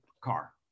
car